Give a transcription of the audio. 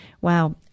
Wow